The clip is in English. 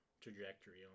trajectory